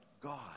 God